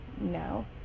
No